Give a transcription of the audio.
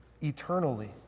eternally